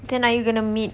then are you going to meet